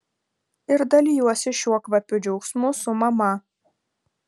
ir dalijuosi šiuo kvapiu džiaugsmu su mama